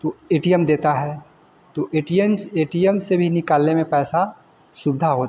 तो A T M देता है तो ए टी अन से ए टी अम से भी निकालने में पैसा सुविधा हो